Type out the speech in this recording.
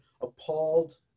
appalled